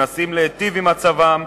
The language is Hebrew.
מנסים להיטיב את מצבם,